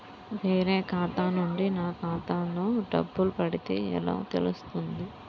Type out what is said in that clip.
వేరే ఖాతా నుండి నా ఖాతాలో డబ్బులు పడితే ఎలా తెలుస్తుంది?